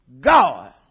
God